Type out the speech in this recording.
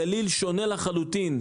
הגליל שונה לחלוטין,